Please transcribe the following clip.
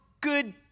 good